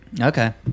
Okay